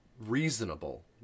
reasonable